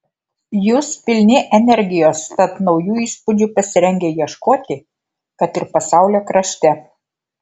jūs pilni energijos tad naujų įspūdžių pasirengę ieškoti kad ir pasaulio krašte